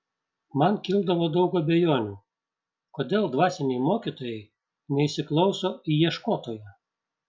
man kildavo daug abejonių kodėl dvasiniai mokytojai neįsiklauso į ieškotoją